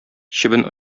чебен